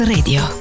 Radio